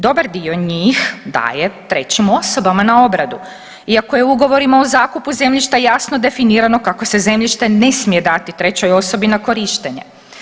Dobar dio njih daje trećim osobama na obradu iako je ugovorima o zakupu zemljišta jasno definirano kako se zemljište ne smije dati trećoj osobi na korištenje.